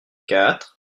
quatre